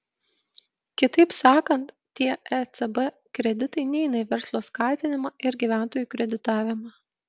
kitaip sakant tie ecb kreditai neina į verslo skatinimą ir gyventojų kreditavimą